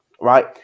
right